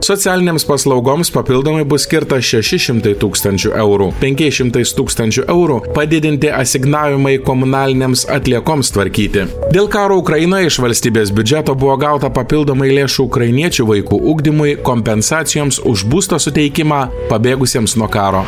socialinėms paslaugoms papildomai bus skirta šeši šimtai tūkstančių eurų penkiais šimtais tūkstančių eurų padidinti asignavimai komunalinėms atliekoms tvarkyti dėl karo ukrainoj iš valstybės biudžeto buvo gauta papildomai lėšų ukrainiečių vaikų ugdymui kompensacijoms už būsto suteikimą pabėgusiems nuo karo